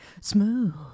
Smooth